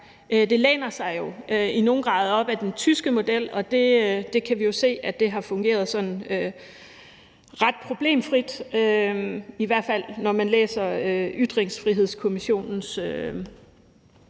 Det læner sig jo i nogen grad op ad den tyske model, og vi kan se, at den har fungeret sådan ret problemfrit – i hvert fald når man læser Ytringsfrihedskommissionens